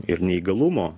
ir neįgalumo